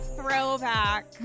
throwback